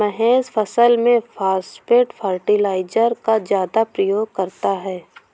महेश फसल में phosphate fertiliser का ज्यादा प्रयोग करता है